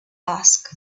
ask